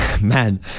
Man